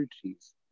trees